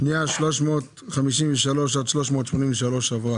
פנייה 353 עד 383 עברה.